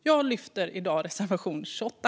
Jag yrkar i dag bifall till reservation 28.